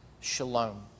shalom